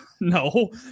No